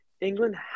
England